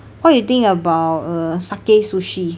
what you think about err sakae sushi